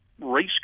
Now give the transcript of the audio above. race